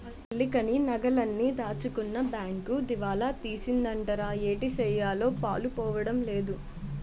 పెళ్ళికని నగలన్నీ దాచుకున్న బేంకు దివాలా తీసిందటరా ఏటిసెయ్యాలో పాలుపోడం లేదు